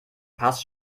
passt